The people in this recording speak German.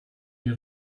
die